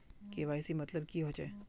KYC मतलब की होचए?